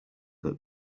that